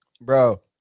Bro